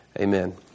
Amen